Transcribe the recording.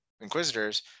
Inquisitors